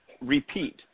repeat